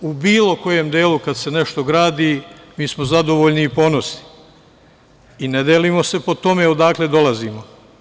U bilo kojem delu kad se nešto gradi, mi smo zadovoljni i ponosni i ne delimo se po tome odakle dolazimo.